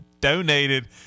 donated